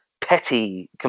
petty